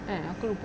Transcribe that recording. eh aku lupa